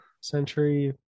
century